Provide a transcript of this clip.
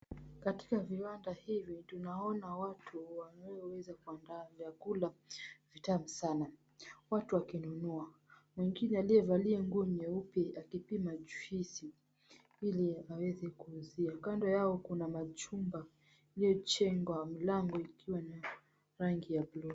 Katika viwanda hivi tunaona watu walioweza kuandaa vyakula vitamu sana, watu wakinunua. Wengine aliyevalia nguo nyeupe akipima juisi ili aweze kuuzia. Kando yao kuna majumba iliojengwa mlango ikiwa na rangi ya bluc .